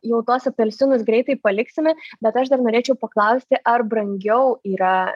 jau tuos apelsinus greitai paliksime bet aš dar norėčiau paklausti ar brangiau yra